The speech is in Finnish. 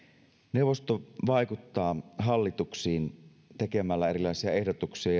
neuvosto vaikuttaa hallituksiin tekemällä erilaisia ehdotuksia